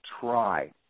try